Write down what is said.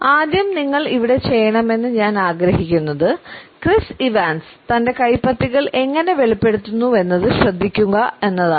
ആദ്യം നിങ്ങൾ ഇവിടെ ചെയ്യണമെന്ന് ഞാൻ ആഗ്രഹിക്കുന്നത് ക്രിസ് ഇവാൻസ് തന്റെ കൈപ്പത്തികൾ എങ്ങനെ വെളിപ്പെടുത്തുന്നുവെന്നത് ശ്രദ്ധിക്കുക എന്നതാണ്